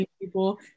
people